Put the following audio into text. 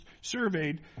surveyed